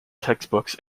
textbooks